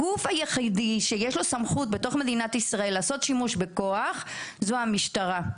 הגוף היחידי שיש לו סמכות בתוך מדינת ישראל לעשות שימוש בכוח זו המשטרה.